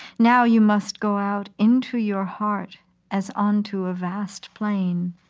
now you must go out into your heart as onto a vast plain.